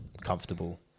comfortable